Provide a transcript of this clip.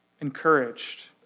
encouraged